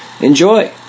Enjoy